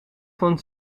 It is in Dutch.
van